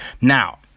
Now